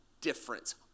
difference